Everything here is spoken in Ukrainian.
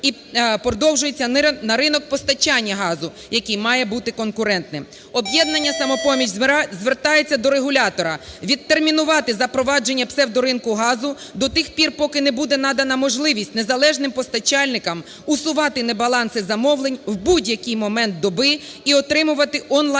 і продовжується на ринок постачання газу, який має бути конкурентним. "Об'єднання "Самопоміч" звертається до регулятора відтермінувати запровадження псевдоринку газу до тих пір, поки не буде надана можливість незалежним постачальникам усувати небаланси замовлень в будь-який момент доби і отримувати он-лайн доступ